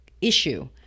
issue